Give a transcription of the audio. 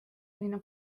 linna